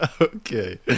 okay